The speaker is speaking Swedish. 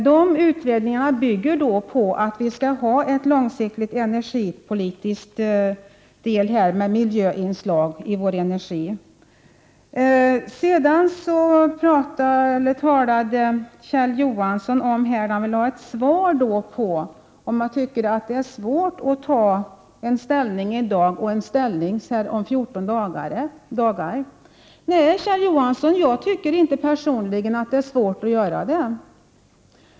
De utredningarna bygger på en långsiktig 65 Kjell Johansson frågade om jag ansåg att det var svårt att komma till ett ställningstagande i dag och sedan komma till ett nytt ställningstagande om 14 dagar. Nej, Kjell Johansson, personligen tycker jag inte att det är svårt att göra det.